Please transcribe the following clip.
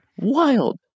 Wild